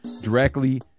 directly